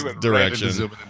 direction